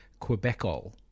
Quebecol